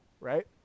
right